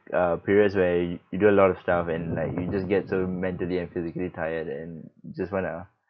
uh periods where you do a lot of stuff and like you just get so mentally and physically tired and you just want to